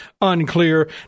unclear